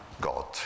God